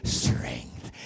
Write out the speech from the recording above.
strength